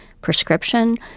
prescription